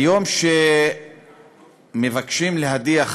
ביום שמבקשים להדיח